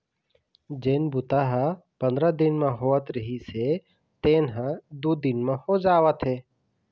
जेन बूता ह पंदरा दिन म होवत रिहिस हे तेन ह दू दिन म हो जावत हे